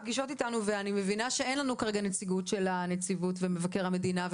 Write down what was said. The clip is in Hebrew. אני מבינה שאין לנו כרגע נציגות של הנציבות ושל מבקר המדינה.